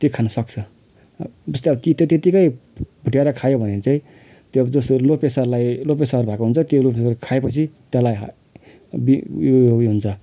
त्यो खान सक्छ जस्तो तितो त्यत्तिकै भुटेर खायो भने चाहिँ त्यो अब जसहरू लो प्रेसरललाई लो प्रेसर भएको हुन्छ त्यो लो प्रेसरलाई खाएपछि तल बी यो यो हुन्छ